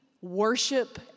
worship